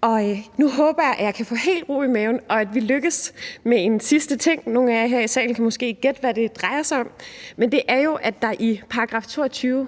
og nu håber jeg, at jeg kan få helt ro i maven, og at vi lykkes med en sidste ting – nogle af jer her i salen kan måske gætte, hvad det drejer sig om. Det er, at der jo i § 22